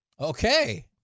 Okay